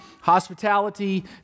hospitality